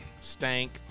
stank